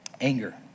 Anger